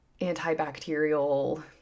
antibacterial